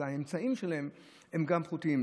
אז האמצעים שלהם גם פחותים.